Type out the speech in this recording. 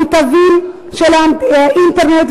הנתבים של האינטרנט,